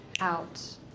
Out